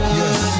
yes